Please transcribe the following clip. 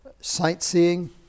sightseeing